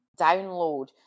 download